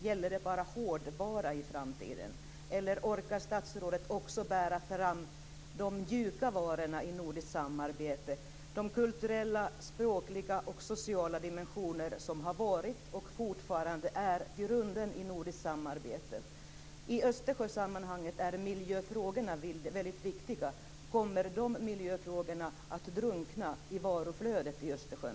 Gäller det bara "hårdvara" i framtiden, eller orkar statsrådet också bära fram de mjuka varorna i det nordiska samarbetet, de kulturella, språkliga och sociala dimensioner som har varit och fortfarande är grunden i nordiskt samarbete? I Östersjösammanhanget är miljöfrågorna väldigt viktiga. Kommer de miljöfrågorna att drunkna i varuflödet i Östersjön?